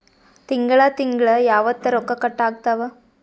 ತಿಂಗಳ ತಿಂಗ್ಳ ಯಾವತ್ತ ರೊಕ್ಕ ಕಟ್ ಆಗ್ತಾವ?